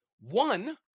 One